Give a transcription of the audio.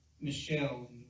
michelle